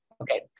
Okay